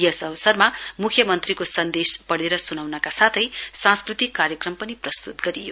यस अवसरमा म्ख्यमन्त्रीको सन्देश स्नाउनका साथै सांस्कृतिक कार्यक्रम पनि आयोजित गरियो